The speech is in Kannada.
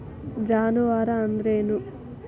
ಜಾನುವಾರು ಅಂದ್ರೇನು?